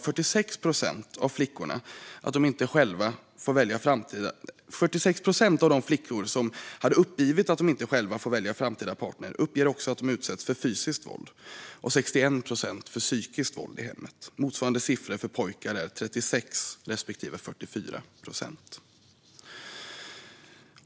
46 procent av de flickor som hade uppgivit att de inte själva får välja framtida partner uppgav att de också utsätts för fysiskt våld och 61 procent att de utsätts för psykiskt våld i hemmet. Motsvarande siffror för pojkar var 36 respektive 44 procent.